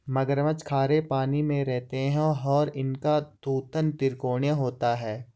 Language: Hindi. मगरमच्छ खारे पानी में रहते हैं और इनका थूथन त्रिकोणीय होता है